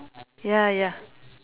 ya ya